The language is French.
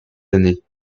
années